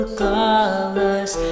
colors